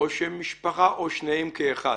שם משפחה או על שניהם כאחד?